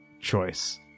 choice